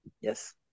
Yes